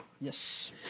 Yes